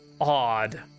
odd